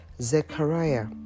Zechariah